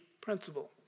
principle